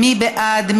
מי בעד?